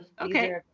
Okay